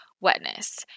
wetness